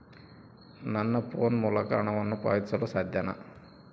ನನ್ನ ಫೋನ್ ಮೂಲಕ ಹಣವನ್ನು ಪಾವತಿಸಲು ಸಾಧ್ಯನಾ?